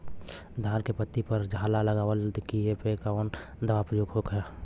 धान के पत्ती पर झाला लगववलन कियेपे कवन दवा प्रयोग होई?